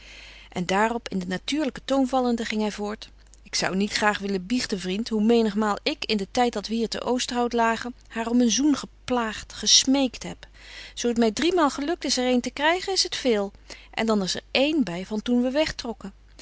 en daarop in den natuurlijken toon vallende ging hij voort ik zou niet graag willen biechten vriend hoe menigmaal ik in den tijd dat wij hier te oosterhout lagen haar om een zoen geplaagd gesmeekt heb zoo het mij driemaal gelukt is er een te krijgen is het veel en dan is er één bij van toen we wegtrokken